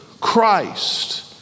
Christ